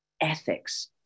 ethics